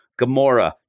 Gamora